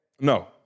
No